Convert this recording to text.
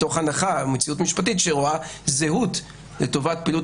מתוך מציאות משפטית שרואה זהות לטובת פעילות